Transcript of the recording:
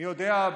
מי יודע,